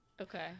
Okay